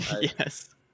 Yes